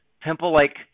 pimple-like